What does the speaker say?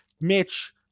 Mitch